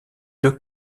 deux